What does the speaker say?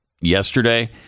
yesterday